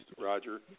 Roger